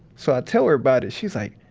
so, i tell her about it. she's like,